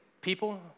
people